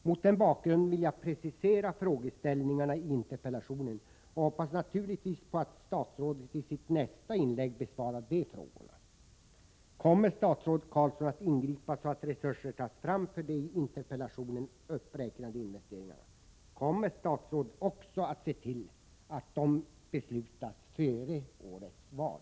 Mot den bakgrunden vill jag precisera frågeställningarna i interpellationen och hoppas naturligtvis på att statsrådet i sitt nästa inlägg besvarar de frågorna: Kommer statsrådet Carlsson att ingripa så att resurser tas fram för de i interpellationen uppräknade investeringarna? Kommer statsrådet också att se till att dessa beslut fattas före årets val?